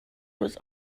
was